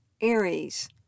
Aries